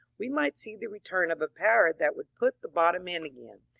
we might see the return of a power that would put the bottom in again,